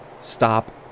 stop